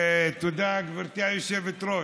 תודה, גברתי היושבת-ראש.